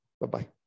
Bye-bye